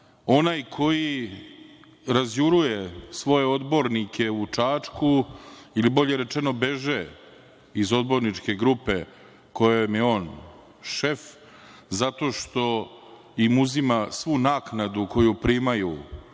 onaj koji razjuruje svoje odbornike u Čačku, ili bolje rečeno beže iz Odborničke grupe kojom je on šef, zato što im uzima svu naknadu koju primaju